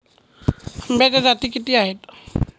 आंब्याच्या जाती किती आहेत?